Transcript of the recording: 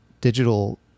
digital